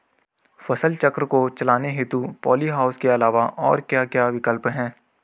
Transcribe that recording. फसल चक्र को चलाने हेतु पॉली हाउस के अलावा और क्या क्या विकल्प हैं?